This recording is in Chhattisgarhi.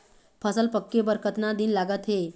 फसल पक्के बर कतना दिन लागत हे?